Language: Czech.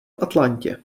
atlantě